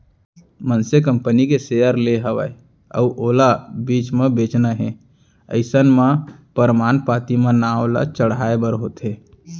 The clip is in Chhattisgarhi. मनसे कंपनी के सेयर ले हवय अउ ओला बीच म बेंचना हे अइसन म परमान पाती म नांव ल चढ़हाय बर होथे